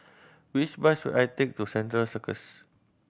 which bus should I take to Central Circus